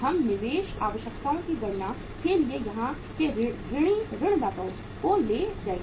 हम निवेश आवश्यकताओं की गणना के लिए यहां के ऋणी ऋणदाताओं को ले जाएंगे